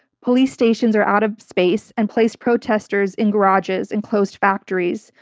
police stations are out of space and placed protesters in garages and closed factories.